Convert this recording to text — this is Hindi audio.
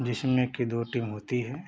जिसमें कि दो टीम होती है